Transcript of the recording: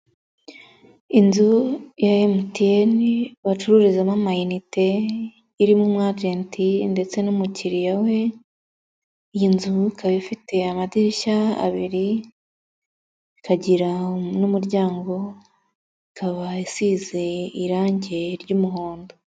Inzu ya MTN, bacururizamo amayinite, irimo umu agent ndetse n'umukiriya we, iyi nzu ikaba ifite amadirishya abiri, ikagira n'umuryango, ikaba isize irangi ry'umuhondo.